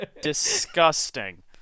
Disgusting